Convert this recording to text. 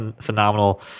phenomenal